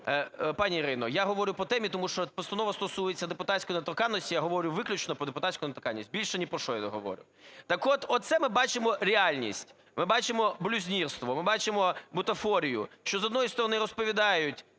Пані Ірино, я говорю по темі, тому що постанова стосується депутатської недоторканності, я говорю, виключно про депутатську недоторканність, більше ні про що я не говорю. Так от оце ми бачимо реальність, ми бачимо блюзнірство, ми бачимо бутафорію. Що з одної сторони розповідають,